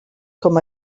com